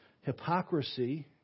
hypocrisy